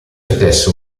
stesso